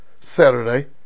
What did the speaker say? Saturday